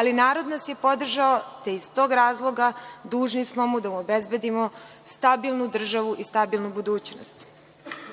ali narod nas je podržao, te iz tog razloga, dužni smo da mu obezbedimo stabilnu državu i stabilnu budućnost.